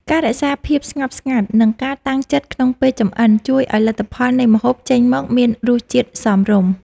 ការរក្សាភាពស្ងប់ស្ងាត់និងការតាំងចិត្តក្នុងពេលចម្អិនជួយឱ្យលទ្ធផលនៃម្ហូបចេញមកមានរសជាតិសមរម្យ។